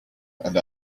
and